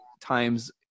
times